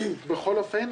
בכל אופן,